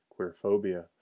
queerphobia